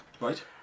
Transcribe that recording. Right